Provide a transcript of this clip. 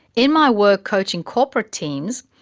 in my work coaching corporate teams,